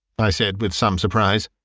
i said, with some surprise.